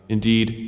Indeed